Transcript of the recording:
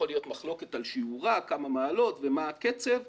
יכולה להיות מחלוקת על כמה מעלות ומה הקצב,